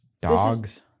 dogs